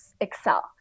excel